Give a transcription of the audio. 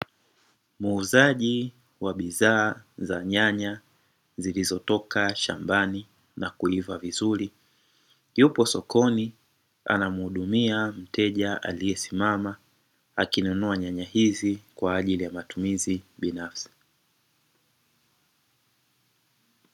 Muuzaji wa bidhaa za nyanya zilizotoka shambani na kuivaa vizuri, yupo sokoni anamhudumia mteja aliyesimama akinunua nyanya hizi kwa ajili ya matumizi binafsi.